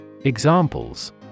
Examples